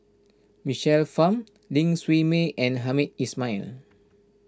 Michael Fam Ling Siew May and Hamed Ismail